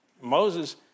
Moses